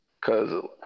Cause